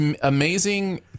amazing